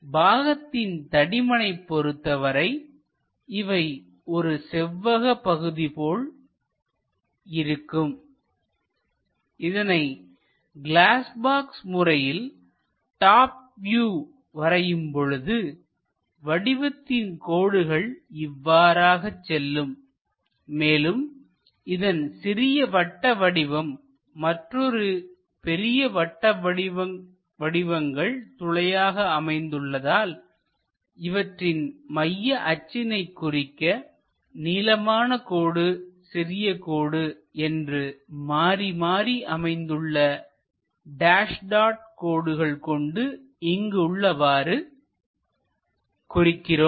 பாகத்தின் தடிமனை பொருத்தவரை இவை ஒரு செவ்வக பகுதி போல் இருக்கும் இதனை கிளாஸ் பாக்ஸ் முறையில் டாப் வியூ வரையும் பொழுது வடிவத்தின் கோடுகள் இவ்வாறாக செல்லும் மேலும் இதன் சிறிய வட்ட வடிவம் மற்றொரு பெரிய வட்ட வடிவங்கள் துளையாக அமைந்துள்ளதால் இவற்றின் மைய அச்சினை குறிக்க நீளமான கோடு சிறிய கோடு என்று மாறி மாறி அமைந்துள்ள டேஸ் டாட் கோடுகள் கொண்டு இங்கு உள்ளவாறு குறிக்கிறோம்